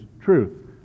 truth